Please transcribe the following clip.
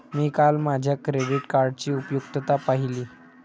मी काल माझ्या क्रेडिट कार्डची उपयुक्तता पाहिली